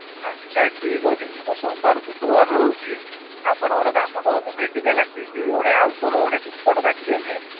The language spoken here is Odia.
ଆଚ୍ଛା ଠିକ୍ ଅଛି ମୁଁ ତ ସୋମବାରରୁ ଶୁକ୍ରବାର ରହୁଛି ଆପଣ ଗୋଟେ କାମ କରନ୍ତୁ ମେଡ଼ିକାଲ୍ ଆସିକି ଗୋଟେ ଆଉଟଡ଼ୋରରୁ ଗୋଟେ ଟିକେଟ୍ କାଟିଦେବେ